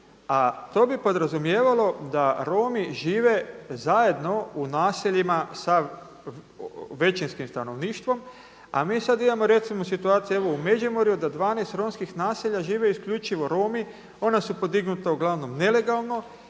a to bi podrazumijevalo da Romi žive zajedno u naseljima sa većinskim stanovništvom, a mi sad imamo recimo situaciju u Međimurju da 12 romskih naselja žive isključivo Romi. Ona su podignuta uglavnom nelegalno